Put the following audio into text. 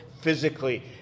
physically